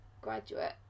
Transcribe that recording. graduate